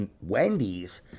Wendy's